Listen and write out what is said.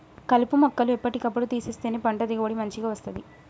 కలుపు మొక్కలు ఎప్పటి కప్పుడు తీసేస్తేనే పంట దిగుబడి మంచిగ వస్తది